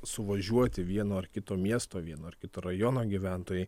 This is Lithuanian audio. suvažiuoti vieno ar kito miesto vieno ar kito rajono gyventojai